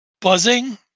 buzzing